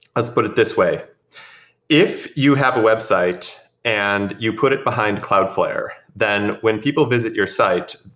let's put it this way if you have a website and you put it behind cloudflare, then when people visit your site,